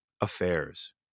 affairs